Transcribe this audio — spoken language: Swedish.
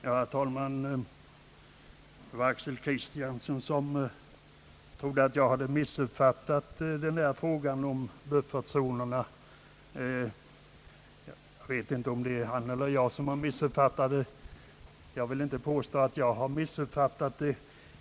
Herr talman! Herr Axel Kristiansson trodde att jag hade missuppfattat frågan om buffertzonerna. Jag vet inte om det är han eller jag som har missuppfattat, men jag tror inte att det är jag.